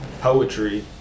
Poetry